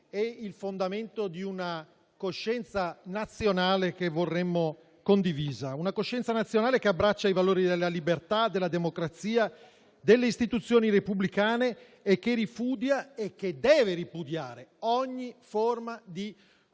e il fondamento di una coscienza nazionale, che vorremmo condivisa: una coscienza nazionale che abbraccia i valori della libertà, della democrazia e delle istituzioni repubblicane, che ripudia e deve ripudiare ogni forma di totalitarismo,